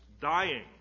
dying